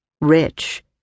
rich